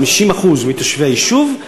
50% לתושבי היישוב,